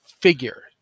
figure